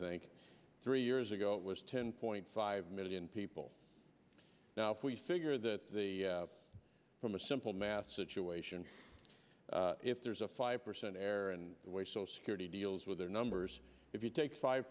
think three years ago it was ten point five million people now we figure that the from a simple math situation if there's a five percent error and the way so security deals with their numbers if you take five